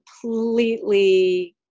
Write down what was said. completely